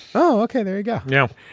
oh ok. there you go. yeah